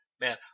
Man